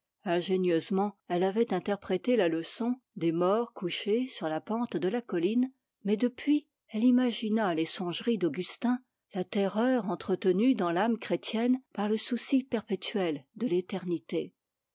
ingénieusement elle avait interprété la leçon des morts couchés sur la pente de la colline mais depuis elle imagina les songeries d'augustin la terreur entretenue dans l'âme chrétienne par le souci perpétuel de l'éternité